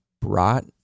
brought